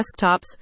desktops